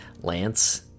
Lance